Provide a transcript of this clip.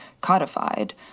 codified